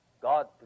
God